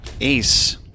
Ace